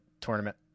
tournament